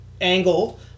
angle